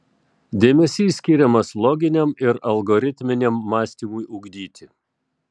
dėmesys skiriamas loginiam ir algoritminiam mąstymui ugdyti